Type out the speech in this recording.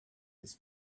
his